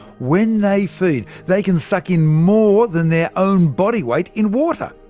when they feed, they can suck in more than their own body weight in water!